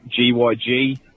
GYG